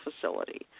facility